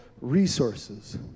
resources